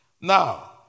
Now